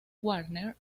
warner